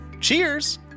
Cheers